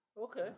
Okay